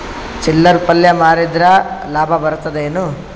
ಚಿಲ್ಲರ್ ಪಲ್ಯ ಮಾರಿದ್ರ ಲಾಭ ಬರತದ ಏನು?